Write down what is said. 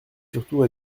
surtout